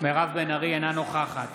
אינה נוכחת